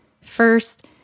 First